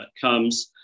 comes